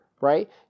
right